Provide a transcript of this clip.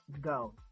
go